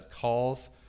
calls